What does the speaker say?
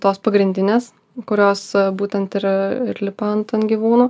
tos pagrindinės kurios būtent ir ir lipa ant ant gyvūnų